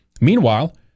Meanwhile